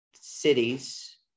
cities